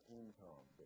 income